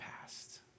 past